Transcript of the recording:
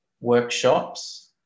workshops